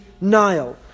Nile